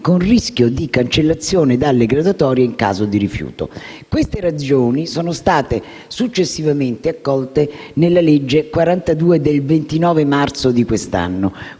con rischio di cancellazione dalle graduatorie in caso di rifiuto. Queste ragioni sono state successivamente accolte nella legge n. 42 del 29 marzo di quest'anno,